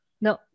No